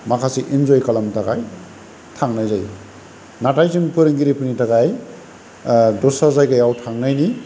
माखासे एन्जय खालामनो थाखाय थांनाय जायो नाथाय जों फोरोंगिरिफोरनि थाखाय दस्रा जायगायाव थांनायनि